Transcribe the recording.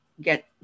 get